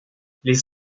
les